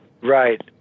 Right